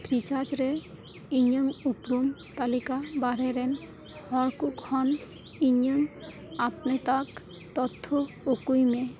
ᱯᱷᱨᱤᱪᱟᱨᱡ ᱨᱮ ᱤᱧᱟᱹᱜ ᱩᱯᱨᱩᱢ ᱛᱟᱹᱞᱤᱠᱟ ᱵᱟᱦᱨᱮ ᱨᱮᱱ ᱦᱚᱲ ᱠᱚ ᱠᱷᱚᱱ ᱤᱧᱟᱹᱜ ᱟᱹᱯᱱᱟᱹᱛᱟᱜ ᱛᱚᱛᱷᱚ ᱩᱠᱩᱭ ᱢᱮ